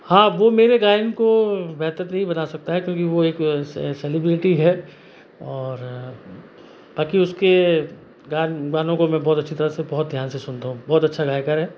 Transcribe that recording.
हाँ वो मेरे गायन को बेहतर नहीं बना सकता है क्योंकि वो एक सेलिब्रिटी है और ताकि उसके गानों को बहुत अच्छी तरह से बहुत ध्यान से सुनता हूँ बहुत अच्छा गायकार है